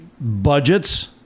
budgets